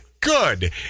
Good